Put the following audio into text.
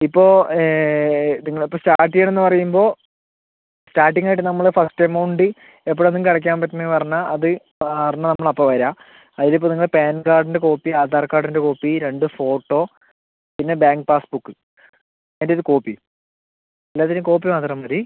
ഇപ്പോൾ നിങ്ങളിപ്പോൾ സ്റ്റാർട്ട് ചെയ്യണമെന്ന് പറയുമ്പോൾ സ്റ്റാർട്ടിംഗ് ആയിട്ട് നമ്മള് ഫസ്റ്റ് എമൗണ്ട് എപ്പഴാണ് നിങ്ങൾക്ക് അടയ്ക്കാൻ പറ്റണത് പറഞ്ഞാൽ അത് കാരണം നമ്മള് അപ്പം വരാം അതില് ഇപ്പം നിങ്ങള പാൻ കാർഡിൻ്റെ കോപ്പി ആധാർ കാർഡിൻ്റെ കോപ്പി രണ്ട് ഫോട്ടോ പിന്നെ ബാങ്ക് പാസ്ബുക്ക് അതിൻ്റെ ഒരു കോപ്പിയും എല്ലാത്തിൻ്റെയും കോപ്പി മാത്രം മതി